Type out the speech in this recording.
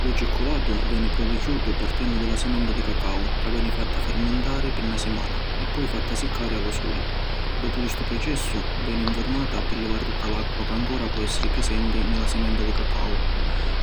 Lu cicculattu veni produciutu partennu di la simenta di cacau ca veni fatta fermentari pi na simana e poi fatta siccari a lu suli. Doppu di ‘stu processu, veni nfurnata pi livari tutta l’acqua ca ancora pò essiri prisenti ni la simenta di cacau.